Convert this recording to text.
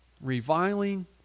reviling